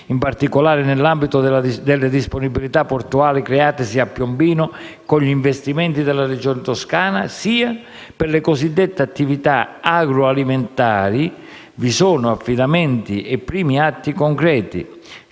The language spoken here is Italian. (in particolare nell'ambito delle disponibilità portuali createsi a Piombino con gli investimenti della Regione Toscana) sia per le cosiddette attività agroalimentari vi sono affidamenti e primi atti concreti: